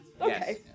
Okay